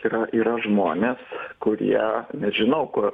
yra yra žmonės kurie nežinau kur